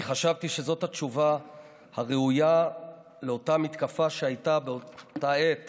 אני חשבתי שזו התשובה הראויה לאותה מתקפה שהייתה באותה העת